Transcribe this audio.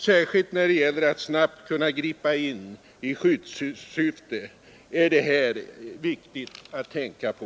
Särskilt när det gäller att snabbt kunna gripa in i skyddssyfte är det här viktigt att tänka på.